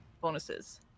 bonuses